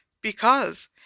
Because